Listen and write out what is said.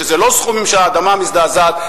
שזה לא סכומים שהאדמה מזדעזעת,